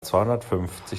zweihundertfünfzig